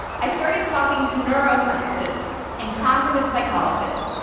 i started talking to neuroscientists and cognitive psychologists,